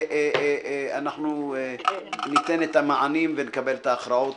ואנחנו ניתן את המענים ונקבל את ההכרעות.